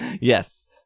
Yes